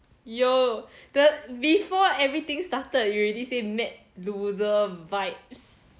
有 before everything started you already say mad loser vibes